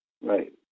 Right